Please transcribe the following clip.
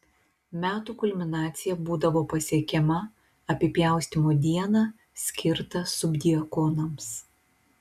metų kulminacija būdavo pasiekiama apipjaustymo dieną skirtą subdiakonams